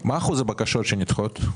-- מה אחוז הבקשות שנדחות?